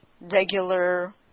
regular